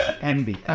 Envy